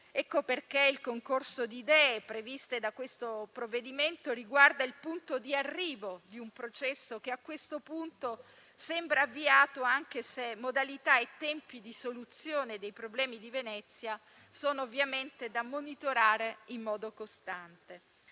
per questo, il concorso di idee previsto dal provvedimento in esame riguarda il punto di arrivo di un processo che a questo punto sembra avviato, anche se modalità e tempi di soluzione dei problemi di Venezia sono ovviamente da monitorare in modo costante.